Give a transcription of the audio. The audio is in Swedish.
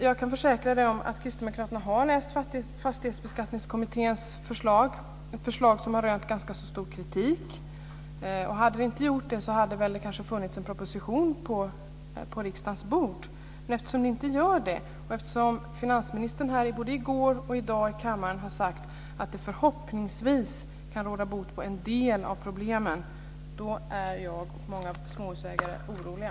Jag kan försäkra Per Rosengren att Kristdemokraterna har läst Fastighetsbeskattningskommitténs förslag - ett förslag som har rönt ganska stor kritik. Om vi inte hade kritiserat det hade det kanske funnits en proposition på riksdagens bord. Men eftersom finansministern både i går och i dag i kammaren har sagt att det förhoppningsvis kan råda bot på en del av problemen är jag och många småhusägare oroliga.